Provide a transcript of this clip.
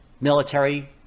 military